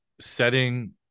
setting